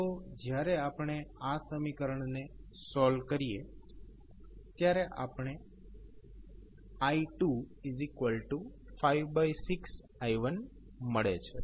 તો જ્યારે આપણે આ સમીકરણ ને સોલ્વ કરીએ ત્યારે આપણને i256i1મળે છે